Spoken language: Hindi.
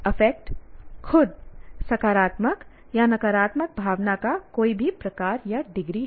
अफेक्ट खुद सकारात्मक या नकारात्मक भावना का कोई भी प्रकार या डिग्री है